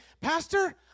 Pastor